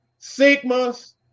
Sigmas